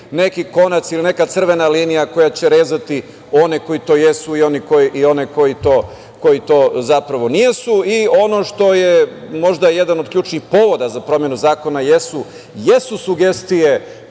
neki konaca ili neka crvena linija koja će rezati one koji to jesu i one koji to zapravo nisu. Ono što je možda jedan od ključnih povoda za promenu zakona jesu sugestije